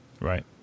Right